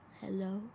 hello